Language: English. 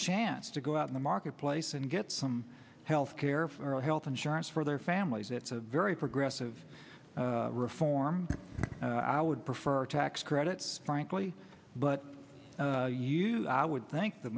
chance to go out in the marketplace and get some health care for health insurance for their families it's a very progressive reform i would prefer tax credits frankly but you would think the